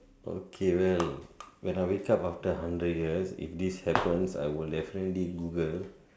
okay well when I wake up after hundred years if this happen I will definitely Google